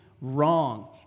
Wrong